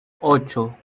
ocho